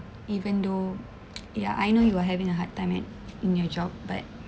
even though ya I know you are having a hard time at in your job but